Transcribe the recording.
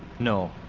no